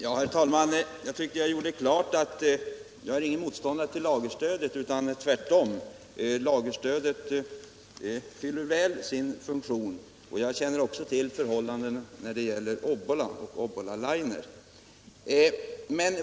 Herr talman! Jag tyckte att jag gjorde klart att jag inte är motståndare till lagerstödet utan tvärtom. Lagerstödet fyller sin funktion väl. Jag känner också till förhållandena när det gäller Obbola Linerboard.